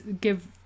give